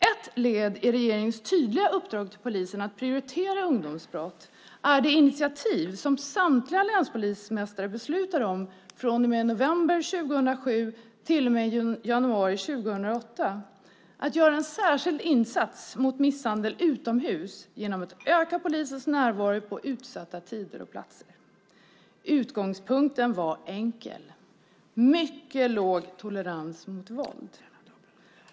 Ett led i regeringens tydliga uppdrag till polisen att prioritera ungdomsbrott är det initiativ som samtliga länspolismästare beslutade om, att från november 2007 till och med januari 2008 göra en särskild insats mot misshandel utomhus genom att öka polisens närvaro på utsatta tider och platser. Utgångspunkten var enkel: Mycket låg tolerans mot våld.